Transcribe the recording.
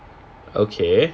okay